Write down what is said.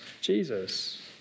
Jesus